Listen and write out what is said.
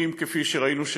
וכפי שראינו,